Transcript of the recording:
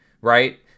right